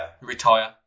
Retire